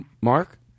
Mark